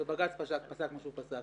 בג"ץ פסק את מה שהוא פסק.